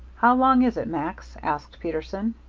how long is it, max? asked peterson.